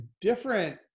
different